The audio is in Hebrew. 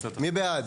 מי בעד?